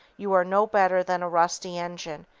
you are no better than a rusty engine,